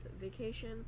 vacation